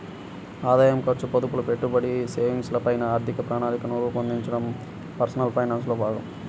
ఆదాయం, ఖర్చు, పొదుపులు, పెట్టుబడి, సేవింగ్స్ ల పైన ఆర్థిక ప్రణాళికను రూపొందించడం పర్సనల్ ఫైనాన్స్ లో భాగం